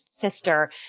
sister